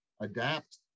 adapt